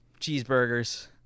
cheeseburgers